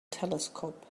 telescope